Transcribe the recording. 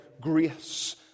grace